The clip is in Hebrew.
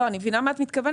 אני מבינה למה את מתכוונת,